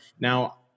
Now